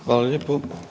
Hvala lijepo.